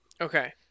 Okay